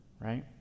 right